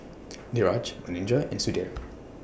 Niraj Manindra and Sudhir